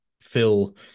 fill